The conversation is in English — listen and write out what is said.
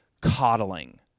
coddling